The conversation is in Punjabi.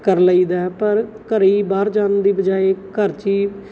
ਕਰ ਲਈਦਾ ਪਰ ਘਰ ਹੀ ਬਾਹਰ ਜਾਣ ਦੀ ਬਜਾਏ ਘਰ 'ਚ ਹੀ